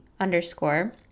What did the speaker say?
underscore